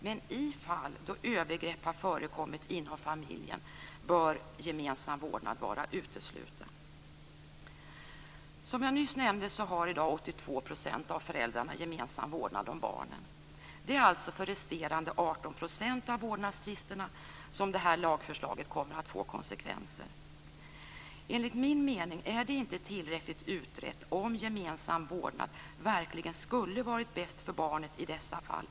Men i fall då övergrepp har förekommit inom familjen bör gemensam vårdnad vara utesluten. Som jag nyss nämnde har i dag 82 % av föräldrarna gemensam vårdnad om barnen. Det är alltså för resterande 18 % av vårdnadstvisterna som det här lagförslaget kommer att få konsekvenser. Enligt min mening är det inte tillräckligt utrett om gemensam vårdnad verkligen skulle ha varit bäst för barnet i dessa fall.